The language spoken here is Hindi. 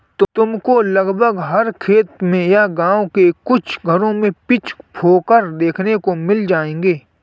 तुमको लगभग हर खेत में या गाँव के कुछ घरों में पिचफोर्क देखने को मिल जाएगा